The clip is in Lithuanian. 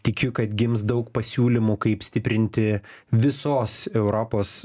tikiu kad gims daug pasiūlymų kaip stiprinti visos europos